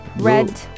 red